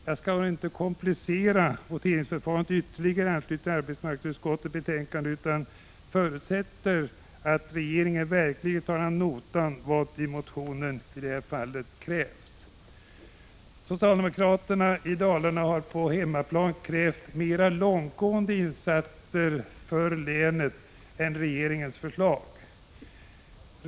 Jag skall dock inte komplicera voteringsförfarandet ytterligare i anslutning till arbetsmarknadsutskottets betänkande, utan förutsätter att regeringen verkligen tar ad notam vad i motionen hävdas. Socialdemokraterna i Dalarna har på hemmaplan krävt mera långtgående insatser än vad regeringens förslag innebär.